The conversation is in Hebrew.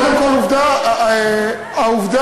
קודם כול, עובדה, היום,